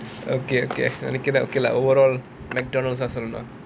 okay okay okay okay lah overall McDonald's சொல்லணும்:sollanum